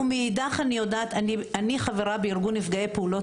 מאידך אני יודעת אני חברה בארגון נפגעי פעולות